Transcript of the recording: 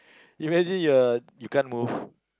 imagine you're you can't move